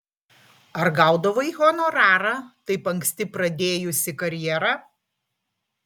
ar gaudavai honorarą taip anksti pradėjusi karjerą